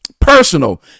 personal